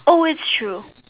oh it's true